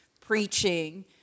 preaching